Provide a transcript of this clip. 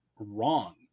wrong